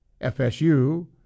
FSU